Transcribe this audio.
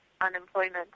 unemployment